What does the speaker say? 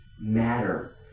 matter